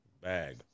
Bag